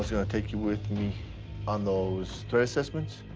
ah gonna take you with me on those threat assessments.